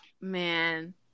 Man